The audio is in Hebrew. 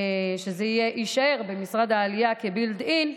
זה יישאר במשרד העלייה כ-built-in,